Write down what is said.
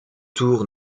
tours